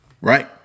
right